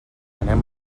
anem